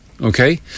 Okay